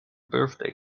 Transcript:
birthday